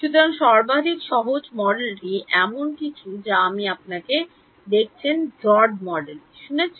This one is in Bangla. সুতরাং সর্বাধিক সহজ মডেলটি এমন কিছু যা আপনি আপনাকে দেখেছেন ড্রড মডেল শুনেছেন